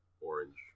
orange